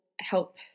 help